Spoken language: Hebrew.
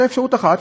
זו אפשרות אחת,